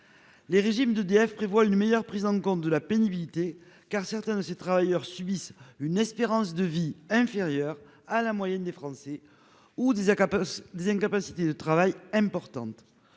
Le régime d'EDF prévoit une meilleure prise en compte de la pénibilité, car certains de ses travailleurs subissent une espérance de vie inférieure à la moyenne des Français ou des incapacités de travail importantes.